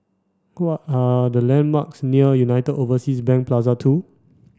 what are the landmarks near United Overseas Bank Plaza Two